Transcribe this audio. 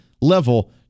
level